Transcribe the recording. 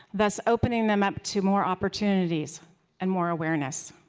thus, opening them up to more opportunities and more awareness.